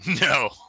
No